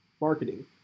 marketing